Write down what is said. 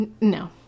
No